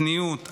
צניעות,